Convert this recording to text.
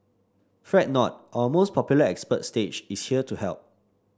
fret not our most popular expert stage is here to help